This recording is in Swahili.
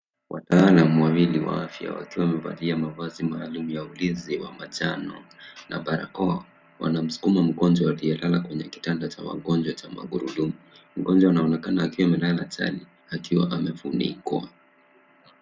Wataalamu wawili wa afya wakiwa wamevalia mavazi maalum ya ulinzi wa manjano na barakoa wanamsukuma mgonjwa aliyelala kwenye kitanda cha wagonjwa cha magurudumu. Mgonjwa anaonekana akiwa amelala chali akiwa amefunikwa.